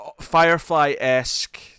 firefly-esque